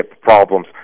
problems